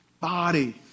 body